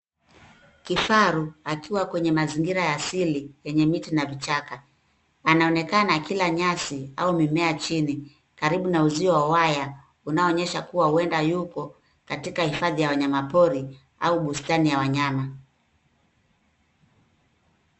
Kifaru akiwa kwenye mazingira asili yenye miti na vichaka anaonekana akila nyasi au mimea ya chini ikiwa kando ya uzio uenda yupo katika hifadhi ya wanyama pori au bustani ya wanyama.